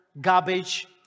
garbage